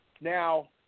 Now